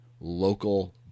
local